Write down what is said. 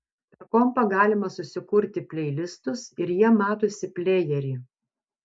per kompą galima susikurti pleilistus ir jie matosi plejery